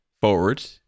forward